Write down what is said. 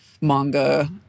manga